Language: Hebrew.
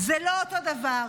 זה לא אותו דבר,